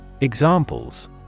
Examples